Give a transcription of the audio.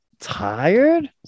tired